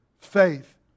Faith